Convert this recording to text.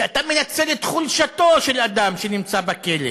שאתה מנצל את חולשתו של אדם שנמצא בכלא